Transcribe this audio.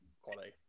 quality